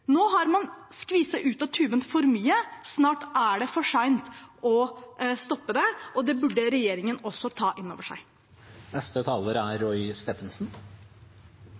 Nå har man skviset for mye ut av tuben. Snart er det for sent å stoppe det, og det burde regjeringen også ta inn over